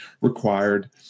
required